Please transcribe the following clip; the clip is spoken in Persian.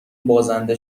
بازنده